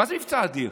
מה זה מבצע אדיר,